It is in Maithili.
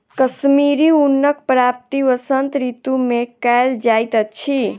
कश्मीरी ऊनक प्राप्ति वसंत ऋतू मे कयल जाइत अछि